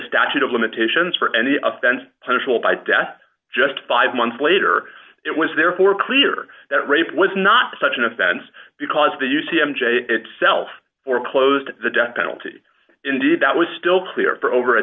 statute of limitations for any offense punishable by death just five months later it was therefore clear that rape was not such an offense because the u c m j itself or close to the death penalty indeed that was still clear for over a